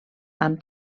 amb